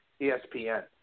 ESPN